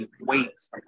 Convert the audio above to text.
weights